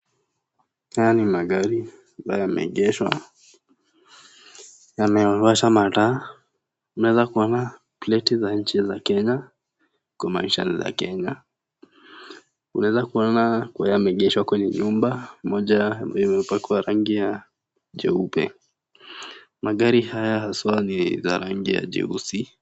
Haya ni magari ambayo yameegeshwa, yamewasha mataa. Tunaweza kuona pleti za nchi ya Kenya kumaanisha ni za Kenya. Tunaweza kuona kuwa yameegeshwa kwenye nyumba moja ambayo imepakwa rangi jeupe. Magari haya haswa ni ya rangi jeusi.